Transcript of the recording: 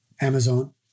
Amazon